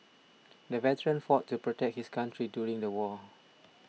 the veteran fought to protect his country during the war